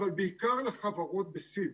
אבל בעיקר לחברות ב-seed.